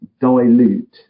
dilute